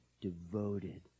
devoted